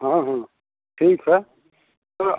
हाँ हाँ ठीक है तो